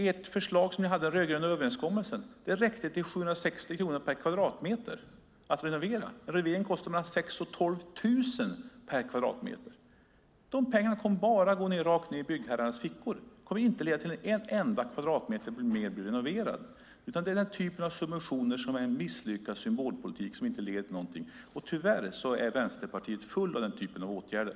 Ert förslag som ni hade i den rödgröna överenskommelsen räckte till 760 kronor per kvadratmeter för att renovera. Renoveringen kostar 6 000-12 000 kronor per kvadratmeter. De pengarna kommer bara att gå rakt ned i byggherrarnas fickor och inte leda till att en enda kvadratmeter mer blir renoverad. Det är den typer av subventioner som är en misslyckad symbolpolitik som inte leder till någonting. Tyvärr har Vänsterpartiet fullt av den typen av åtgärder.